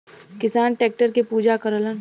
किसान टैक्टर के पूजा करलन